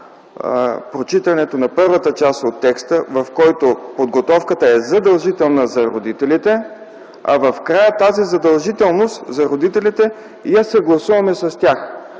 прочитането на първата част от текста, в който подготовката е задължителна за родителите, а в края тази задължителност за родителите я съгласуваме с тях.